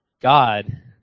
God